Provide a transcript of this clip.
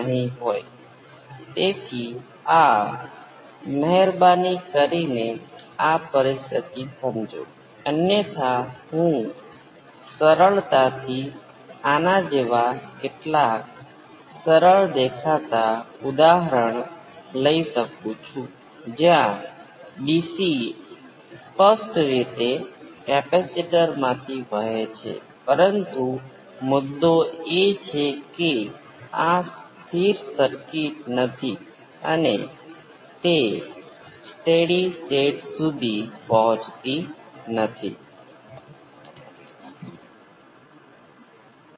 તેથી આપણે આ બાબતોને પાછળથી જોઈશું જ્યારે આપણે સાઈનુસોઈડલનો અભ્યાસ અને વધુ વિગતવાર પ્રતિભાવની ચર્ચા કરીશું આને સાઈનુંસોઈડલ સ્ટેડી સ્ટેટ રિસ્પોન્સ તરીકે ઓળખવામાં આવે છે કારણ કે મારો મતલબ છે કે તે સાઈનુંસોઈડલ ઇનપુટ માટે સ્ટેડી સ્ટેટ રિસ્પોન્સ છે